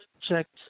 checked